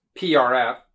PRF